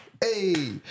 hey